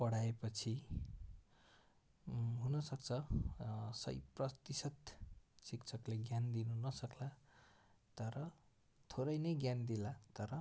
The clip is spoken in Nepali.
पठाएपछि हुनसक्छ सय प्रतिशत शिक्षकले ज्ञान दिनु नसक्ला तर थोरै नै ज्ञान देला तर